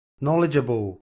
Knowledgeable